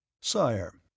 Sire